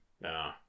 no